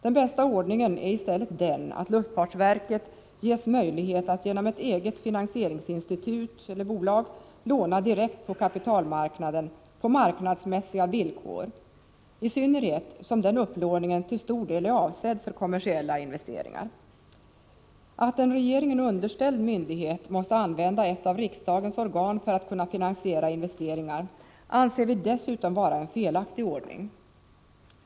Den bästa ordningen är i stället den att luftfartsverket ges möjlighet att genom ett eget finansieringsinstitut eller bolag låna direkt på kapitalmarknaden på marknadsmässiga villkor — i synnerhet som den upplåningen till stor del är avsedd för kommersiella investeringar. Att en regeringen underställd myndighet måste använda ett av riksdagens organ för att kunna finansiera investeringar anser vi dessutom vara en felaktig ordning.